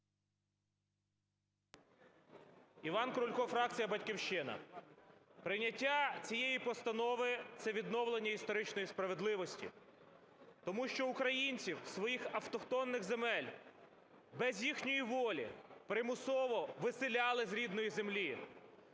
Іван Крулько, фракція "Батьківщина". Прийняття цієї постанови – це відновлення історичної справедливості, тому що українців з своїх автохтонних земель без їхньої волі примусово висиляли з рідної землі,